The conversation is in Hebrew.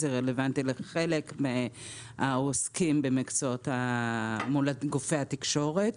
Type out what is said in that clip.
זה רלוונטי לחלק מהעוסקים במקצועות מול גופי התקשורת.